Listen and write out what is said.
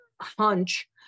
hunch